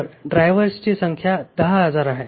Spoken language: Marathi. तर ड्रायव्हर्सची संख्या 10000 आहे